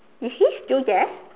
is he still there